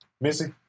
Missy